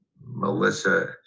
melissa